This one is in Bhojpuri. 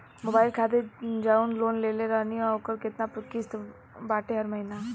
मोबाइल खातिर जाऊन लोन लेले रहनी ह ओकर केतना किश्त बाटे हर महिना?